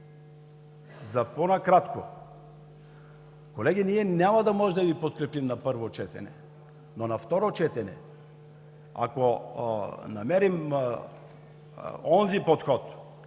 За по-накратко, колеги, ние няма да може да Ви подкрепим на първо четене, но на второ четене, ако намерим онзи подход,